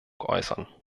äußern